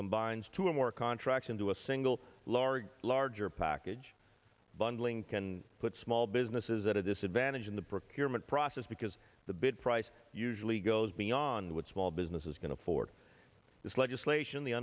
combines two or more contracts into a single large larger package bundling can put small businesses at a disadvantage in the procurement process because the bid price usually goes beyond what small businesses can afford this legislation the